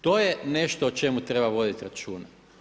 To je nešto o čemu treba voditi računa.